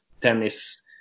tennis